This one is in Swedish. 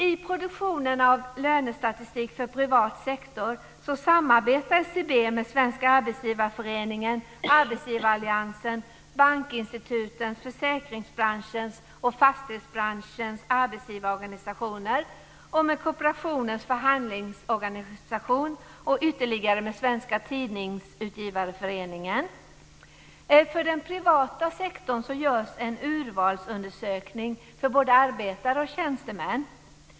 I produktionen av lönestatistik för privat sektor samarbetar SCB med Svenska Arbetsgivareföreningen, Arbetsgivaralliansen, bankinstitutens, försäkringsbranschens och fastighetsbranschens arbetsgivarorganisationer samt Kooperationens förhandlingsorganisation och Svenska Tidningsutgivareföreningen. För den privata sektorn görs en urvalsundersökning för både arbetare och tjänstemän.